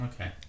Okay